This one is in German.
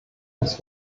das